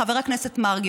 חבר הכנסת מרגי,